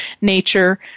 nature